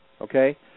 okay